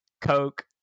coke